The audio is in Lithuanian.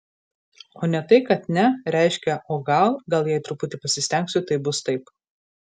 o ne tai kad ne reiškia o gal gal jei truputį pasistengsiu tai bus taip